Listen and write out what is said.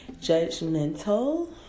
judgmental